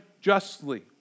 justly